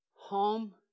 home